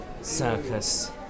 circus